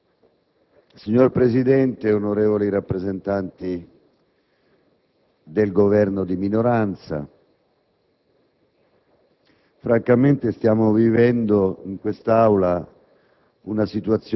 signor Presidente, onorevoli rappresentanti del Governo, la